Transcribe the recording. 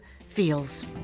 feels